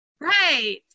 Right